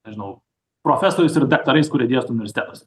nežinau profesoriais ir daktarais kurie dėsto universitetuose